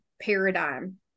paradigm